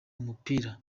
umupira